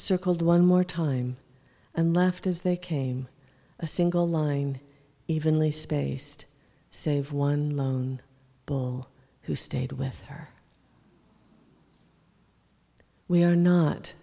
circled one more time and left as they came a single line evenly spaced save one lone ball who stayed with her we are not